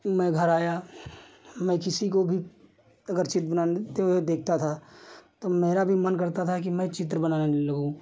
मैं घर आया मैं किसी को भी अगर चित्र बनाते हुए देखता था तो मेरा भी मन करता था कि मैं चित्र बनाने लगूँ